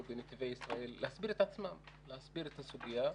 בנתיבי ישראל להסביר את עצמם ואת הסוגיה.